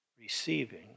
Receiving